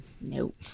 Nope